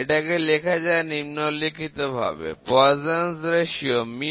এটাকে লেখা যায় নিম্নলিখিতভাবে পয়সনের অনুপাত Poissons ratio µ